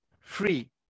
Free